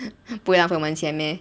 不浪费我们钱 meh